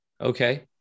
Okay